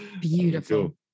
beautiful